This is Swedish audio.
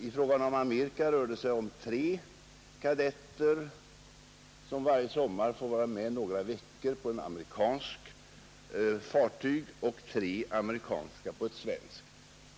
I fråga om USA rör det sig om att tre svenska kadetter varje sommar får vara med några veckor på ett amerikanskt fartyg och tre amerikanska kadetter på ett svenskt.